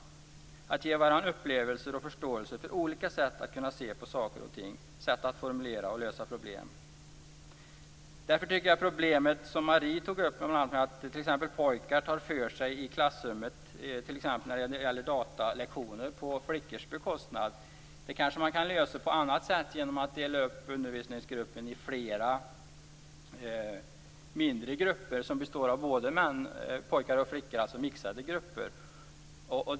Det handlar om att ge varandra upplevelser och förståelse för olika sätt att se på saker och ting och olika sätt att formulera och lösa problem. Marie Wilén tog upp problemet med att pojkar tar för sig i klassrummet, t.ex. när det gäller datalektioner, på flickors bekostnad. Det kan man kanske lösa på annat sätt, t.ex. genom att dela upp undervisningsgruppen i flera mindre grupper som består av både pojkar och flickor, dvs. mixade grupper.